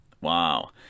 Wow